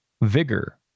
Vigor